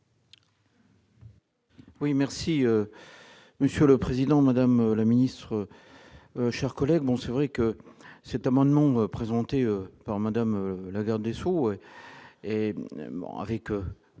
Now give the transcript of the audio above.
Oui, merci Monsieur le Président, Madame la Ministre, chers collègues, bon c'est vrai que cet amendement présenté par Madame la Garde des Sceaux et bon,